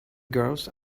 girls